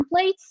templates